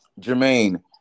Jermaine